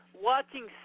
watching